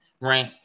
right